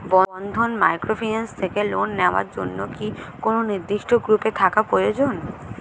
বন্ধন microfinance থেকে loan নেওয়ার জন্য কি কোন নির্দিষ্ট গ্রুপে থাকা প্রয়োজন?